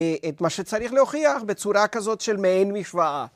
את מה שצריך להוכיח בצורה כזאת של מעין משוואה.